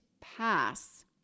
pass